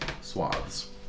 swaths